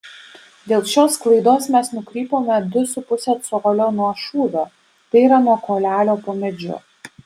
dėl šios klaidos mes nukrypome du su puse colio nuo šūvio tai yra nuo kuolelio po medžiu